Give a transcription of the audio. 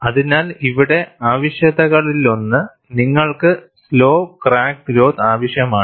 അതിനാൽ ഇവിടെ ആവശ്യകതകളിലൊന്ന് നിങ്ങൾക്ക് സ്ലോ ക്രാക്ക് ഗ്രോത്ത് ആവശ്യമാണ്